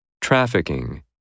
Trafficking